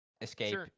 escape